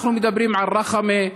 אנחנו מדברים על רח'מה,